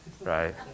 Right